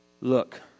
Look